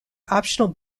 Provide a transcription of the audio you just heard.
optional